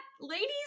ladies